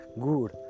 good